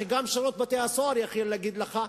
וגם שירות בתי-הסוהר יכול להגיד לך,